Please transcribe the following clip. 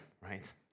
right